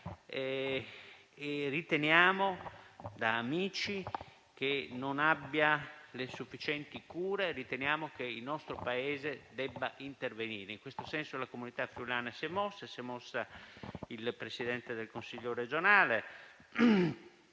informazioni di amici, che non abbia le sufficienti cure. Noi riteniamo che il nostro Paese debba intervenire. In questo senso la comunità friulana si è mossa. Si è mosso il Presidente del Consiglio regionale